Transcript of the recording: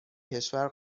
کشور